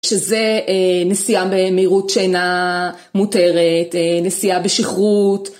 שזה נסיעה במהירות שאינה מותרת, נסיעה בשכרות.